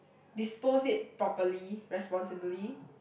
dispose it properly responsibly